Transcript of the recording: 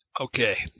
Okay